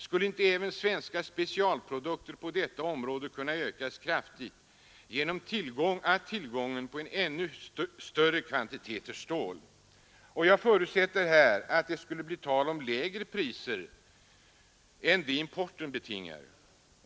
Skulle inte mängden av svenska specialprodukter på detta område kunna ökas kraftigt genom tillgången på ännu större kvantiteter stål? Jag förutsätter här att det skulle bli tal om lägre priser än de importen betingar.